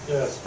Yes